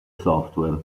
software